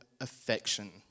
affection